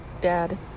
dad